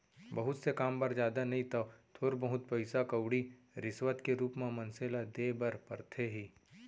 बहुत से काम बर जादा नइ तव थोर बहुत पइसा कउड़ी रिस्वत के रुप म मनसे ल देय बर परथे ही